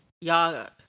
y'all